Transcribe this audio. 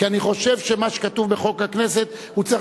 כי אני חושב שמה שכתוב בחוק הכנסת צריך